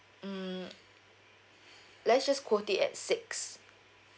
mm let's just quote it at six